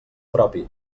propi